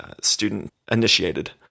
student-initiated